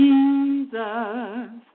Jesus